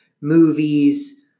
movies